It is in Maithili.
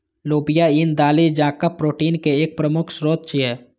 लोबिया ईन दालि जकां प्रोटीन के एक प्रमुख स्रोत छियै